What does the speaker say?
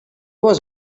was